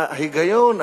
ההיגיון,